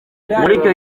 icyo